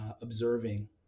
observing